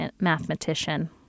mathematician